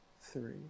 three